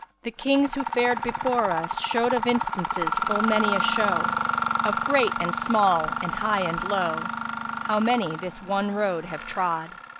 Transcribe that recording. the kings who fared before us showed of instances full many a show of great and small and high and low how many this one road have trod!